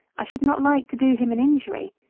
i should not like to do him an injury,